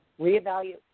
reevaluate